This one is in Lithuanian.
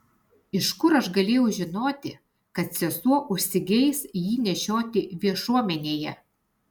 iš kur aš galėjau žinoti kad sesuo užsigeis jį nešioti viešuomenėje